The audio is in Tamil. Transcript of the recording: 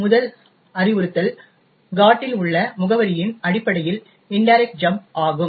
முதல் அறிவுறுத்தல் GOT இல் உள்ள முகவரியின் அடிப்படையில் இன்டைரக்ட் ஜம்ப் ஆகும்